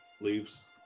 leaves